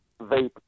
vape